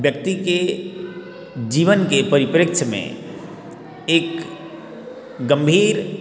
व्यक्ति के जीवन के परिप्रेक्ष में एक गम्भीर